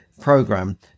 program